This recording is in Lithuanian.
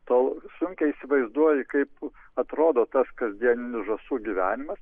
tol sunkiai įsivaizduoji kaip atrodo tas kasdieninis žąsų gyvenimas